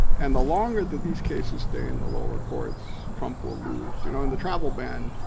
and the longer that these cases stay in the lower courts, trump will lose. you know in the travel ban